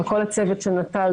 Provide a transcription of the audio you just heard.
וכל הצוות של נט"ל,